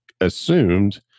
assumed